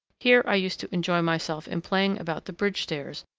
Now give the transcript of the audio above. here i used to enjoy myself in playing about the bridge stairs,